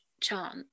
chance